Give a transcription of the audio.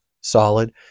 solid